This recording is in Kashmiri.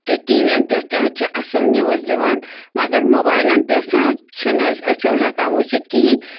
تہِ ٹی وی یَن پٮ۪ٹھ تہِ حظ چھِ اصٕل نِوٕز دِوان مگر موبایلَن پٮ۪ٹھ نَہ حظ چھِنہٕ أسۍ أچھو ہٮ۪کان وٕچھِتھ کِہیٖنۍ